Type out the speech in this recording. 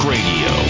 Radio